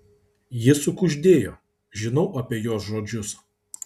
ji sukuždėjo žinau apie jos žodžius